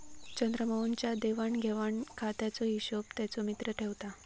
चंद्रमोहन च्या देवाण घेवाण खात्याचो हिशोब त्याचो मित्र ठेवता